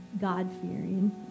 God-fearing